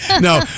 No